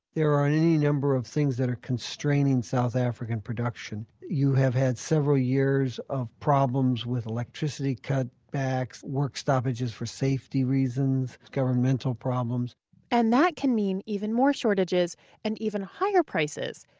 there are any number of things that are constraining south african production. you have had several years of problems with electricity cut-backs, work stoppages for safety reasons, governmental problems and that can mean even more shortages and even higher prices.